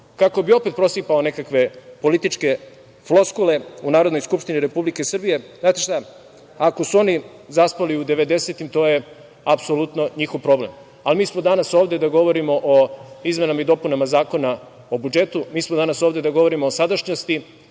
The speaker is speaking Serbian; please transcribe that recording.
kako bi opet prosipao nekakve političke floskule u Narodnoj skupštini Republike Srbije. Znate šta, ako su oni zaspali u 90-im, to je apsolutno njihov problem. Ali, mi smo danas ovde da govorimo o izmenama i dopunama Zakona o budžetu, da govorimo o sadašnjosti,